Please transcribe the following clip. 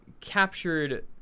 captured